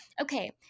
Okay